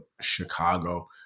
Chicago